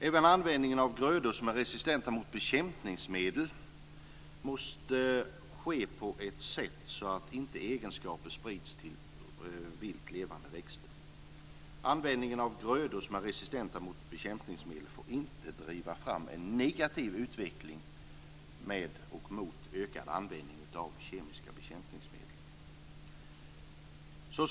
Även användningen av grödor som är resistenta mot bekämpningsmedel måste ske på ett sådant sätt att egenskaper inte sprids till vilt levande växter. Användningen av grödor som är resistenta mot bekämpningsmedel får inte driva fram en negativ utveckling med och mot en ökad användning av kemiska bekämpningsmedel.